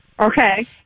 Okay